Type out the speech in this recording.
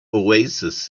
oasis